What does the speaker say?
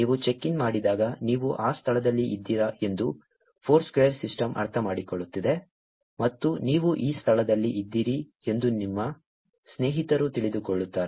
ನೀವು check in ಮಾಡಿದಾಗ ನೀವು ಆ ಸ್ಥಳದಲ್ಲಿ ಇದ್ದೀರಿ ಎಂದು ಫೋರ್ಸ್ಕ್ವೇರ್ ಸಿಸ್ಟಮ್ ಅರ್ಥಮಾಡಿಕೊಳ್ಳುತ್ತದೆ ಮತ್ತು ನೀವು ಈ ಸ್ಥಳದಲ್ಲಿ ಇದ್ದೀರಿ ಎಂದು ನಿಮ್ಮ ಸ್ನೇಹಿತರು ತಿಳಿದುಕೊಳ್ಳುತ್ತಾರೆ